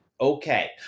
Okay